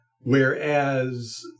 whereas